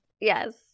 Yes